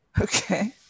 okay